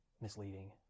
misleading